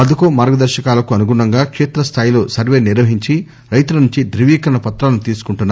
పథకం మార్గదర్శకాలకు అనుగుణంగా కేత్ర స్థాయిలో సర్వే నిర్వహించి రైతుల నుంచి ధృవీకరణ పత్రాలను తీసుకుంటున్నారు